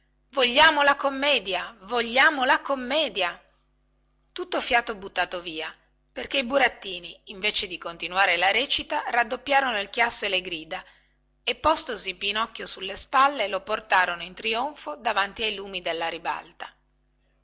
vogliamo la commedia vogliamo la commedia tutto fiato buttato via perché i burattini invece di continuare la recita raddoppiarono il chiasso e le grida e postosi pinocchio sulle spalle se lo portarono in trionfo davanti ai lumi della ribalta